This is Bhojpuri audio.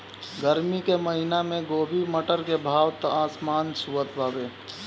गरमी के महिना में गोभी, मटर के भाव त आसमान छुअत हवे